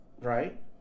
Right